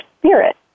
spirit